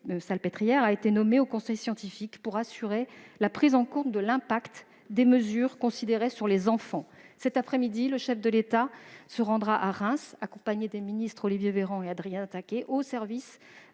a été nommée au Conseil scientifique pour assurer la prise en compte de l'impact des mesures sur les enfants. Cette après-midi, le chef de l'État se rendra à Reims, accompagné du ministre Olivier Véran et du secrétaire